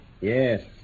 Yes